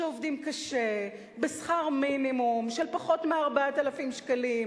שעובדים קשה בשכר מינימום של פחות מ-4,000 שקלים,